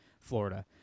Florida